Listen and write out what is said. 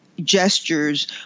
gestures